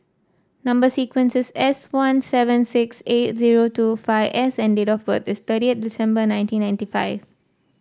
number sequence is S one seven six eight zero two five S and date of birth is thirtieth December nineteen ninety five